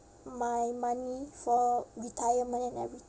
my money for retirement and every~